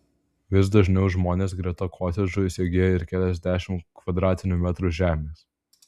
vis dažniau žmonės greta kotedžų įsigyja ir keliasdešimt kvadratinių metrų žemės